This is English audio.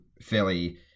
fairly